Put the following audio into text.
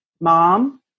mom